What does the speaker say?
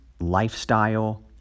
lifestyle